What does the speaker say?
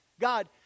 God